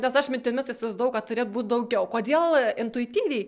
nes aš mintimis įsivaizdavau kad turėt būt daugiau kodėl intuityviai